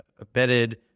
embedded